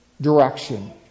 direction